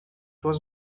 was